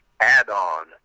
add-on